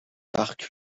parc